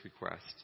request